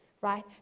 right